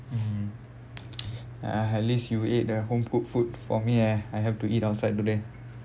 mmhmm ya at least you ate the home-cooked food for me uh I have to eat outside today